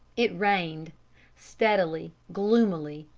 it rained steadily, gloomily,